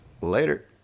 later